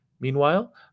Meanwhile